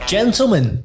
Gentlemen